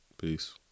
Peace